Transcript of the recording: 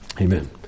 Amen